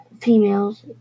females